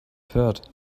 hurt